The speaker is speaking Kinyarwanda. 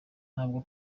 ntabwo